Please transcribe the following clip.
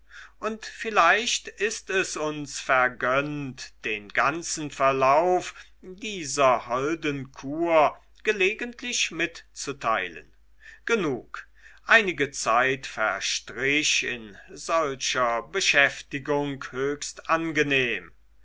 und vielleicht ist es uns vergönnt den ganzen verlauf dieser holden kur gelegentlich mitzuteilen genug einige zeit verstrich in solcher beschäftigung höchst angenehm